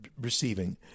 receiving